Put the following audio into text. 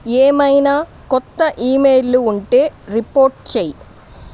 ఏమైనా కొత్త ఈమెయిల్లు ఉంటే రిపోర్ట్ చెయ్యి